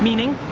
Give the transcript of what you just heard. meaning?